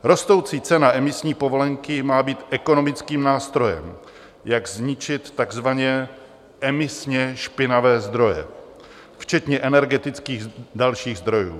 Rostoucí cena emisní povolenky má být ekonomickým nástrojem, jak zničit takzvaně emisně špinavé zdroje včetně energetických dalších zdrojů.